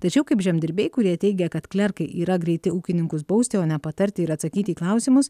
tačiau kaip žemdirbiai kurie teigė kad klerkai yra greiti ūkininkus bausti o ne patarti ir atsakyti į klausimus